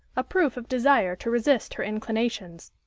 a proof of desire to resist her inclinations.